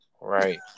Right